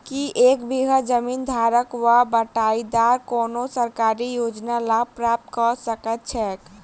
की एक बीघा जमीन धारक वा बटाईदार कोनों सरकारी योजनाक लाभ प्राप्त कऽ सकैत छैक?